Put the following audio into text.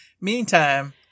Meantime